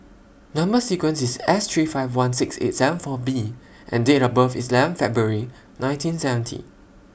Number sequence IS S three five one six eight seven four B and Date of birth IS eleven February nineteen seventy